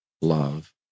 love